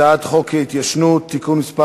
הצעת חוק ההתיישנות (תיקון מס'